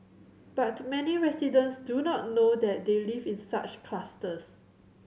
but many residents do not know that they live in such clusters